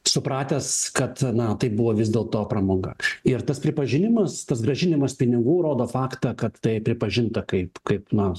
supratęs kad na tai buvo vis dėl to pramoga ir tas pripažinimas tas grąžinimas pinigų rodo faktą kad tai pripažinta kaip kaip na